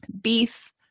Beef